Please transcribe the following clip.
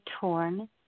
torn